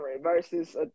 versus